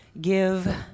give